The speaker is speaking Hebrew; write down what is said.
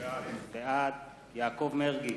בעד יעקב מרגי,